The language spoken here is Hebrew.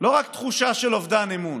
ולא רק תחושה של אובדן אמון,